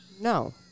No